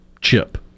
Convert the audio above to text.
chip